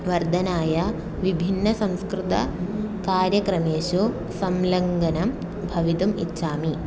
वर्धनाय विभिन्नसंस्कृतकार्यक्रमेषु संलङ्गनं भवितुम् इच्छामि